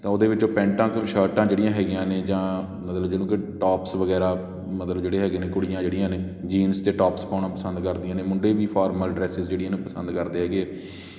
ਤਾਂ ਉਹਦੇ ਵਿੱਚੋਂ ਪੈਂਟਾਂ ਕੁਝ ਸ਼ਰਟਾਂ ਜਿਹੜੀਆਂ ਹੈਗੀਆਂ ਨੇ ਜਾਂ ਮਤਲਬ ਜਿਹਨੂੰ ਕਿ ਟੋਪਸ ਵਗੈਰਾ ਮਤਲਬ ਜਿਹੜੇ ਹੈਗੇ ਨੇ ਕੁੜੀਆਂ ਜਿਹੜੀਆਂ ਨੇ ਜੀਨਸ ਅਤੇ ਟੋਪਸ ਪਾਉਣਾ ਪਸੰਦ ਕਰਦੀਆਂ ਨੇ ਮੁੰਡੇ ਵੀ ਫੋਰਮਲ ਡਰੈਸਿਸ ਜਿਹੜੀਆਂ ਨੇ ਉਹ ਪਸੰਦ ਕਰਦੇ ਹੈਗੇ